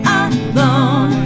alone